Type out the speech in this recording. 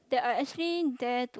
I actually dare